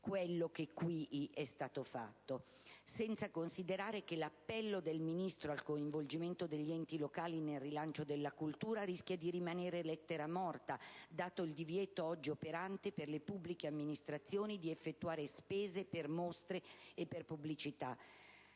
questa sede quanto è stato finora fatto, senza considerare che l'appello del Ministro al coinvolgimento degli enti locali nel rilancio della cultura rischia di rimanere lettera morta dato il divieto, oggi operante per le pubblica amministrazioni, di effettuare spese per mostre e pubblicità.